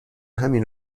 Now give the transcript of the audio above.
همین